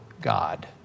God